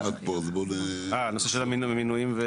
אה, הנושא של המינויים?